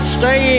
stay